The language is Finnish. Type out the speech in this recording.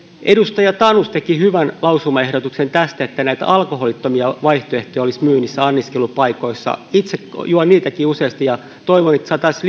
edustaja tanus teki hyvän lausumaehdotuksen tästä että näitä alkoholittomia vaihtoehtoja olisi myynnissä anniskelupaikoissa itse juon niitäkin useasti ja toivon että niitä saataisiin